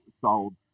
sold